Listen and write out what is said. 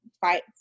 fight